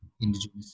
indigenous